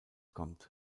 kommt